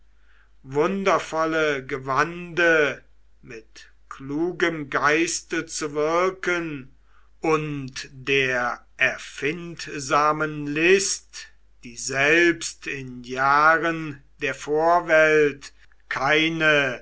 wundervolle gewande mit klugem geiste zu wirken und der erfindsamen list die selbst in jahren der vorwelt keine